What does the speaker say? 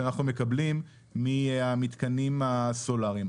שאנחנו מקבלים מהמתקנים הסולאריים.